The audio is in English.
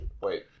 Wait